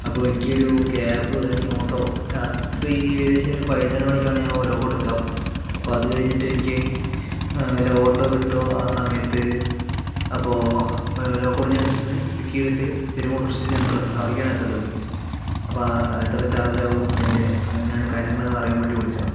അപ്പോൾ എനിക്കൊരു ക്യാബ് അല്ലെങ്കിൽ ഓട്ടോ രാത്രി ഏകദേശം ഒര് പതിനൊന്നര മണിക്കാണ് ഞാന് ഒലവക്കോടെത്തുക അപ്പോൾ അത് കഴിഞ്ഞിട്ടെനിക്ക് വല്ല ഓട്ടോ കിട്ടുമൊ ആ സമയത്ത് അപ്പോൾ ഒലവക്കോട് ജംഗ്ഷനിൽ നിന്ന് പിക്ക് ചെയ്തിട്ട് പെരുകോട്ടുകുറുശ്ശി സെൻറ്ററ് അവിടെക്കാണ് എത്തേണ്ടത് അപ്പോ ആ സ എത്ര ചാർജാവും അതിൻ്റെ എങ്ങനെയാണ് കാര്യങ്ങള് ഒന്നറിയാൻ വേണ്ടി വിളിച്ചാണ്